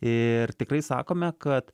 ir tikrai sakome kad